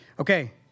Okay